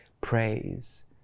praise